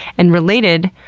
and related,